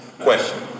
Question